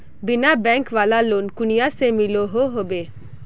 बिना बैंक वाला लोन कुनियाँ से मिलोहो होबे?